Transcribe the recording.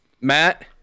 Matt